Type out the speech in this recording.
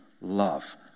love